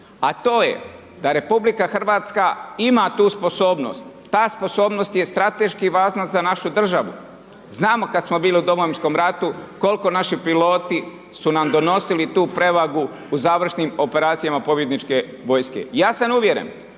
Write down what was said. a to je da RH ima tu sposobnost, ta sposobnost je strateški važna za našu državu. Znamo kada smo bili u Domovinskom ratu koliko naši piloti su nam donosili tu prevagu u završnim operacijama pobjedničke vojske. Ja sam uvjeren